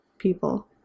people